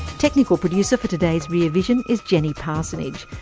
technical producer for today's rear vision is jenny parsonage.